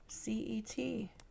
C-E-T